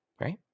Right